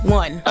one